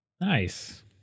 Nice